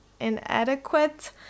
inadequate